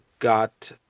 Got